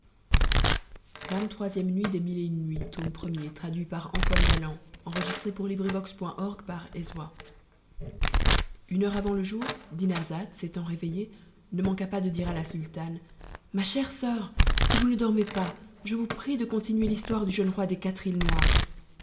une heure avant le jour dinarzade s'étant réveillée ne manqua pas de dire à la sultane ma chère soeur si vous ne dormez pas je vous prie de continuer l'histoire du jeune roi des quatre îles noires